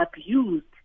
abused